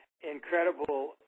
incredible